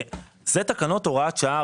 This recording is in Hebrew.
אלה תקנות הוראת שעה.